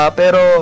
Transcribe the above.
pero